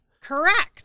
Correct